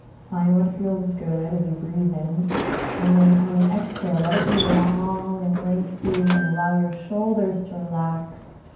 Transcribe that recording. find what feels good as you breathe in and then on the exhale let it be long and lengthy and allow your shoulders to relax